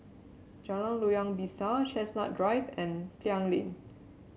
Jalan Loyang Besar Chestnut Drive and Klang Lane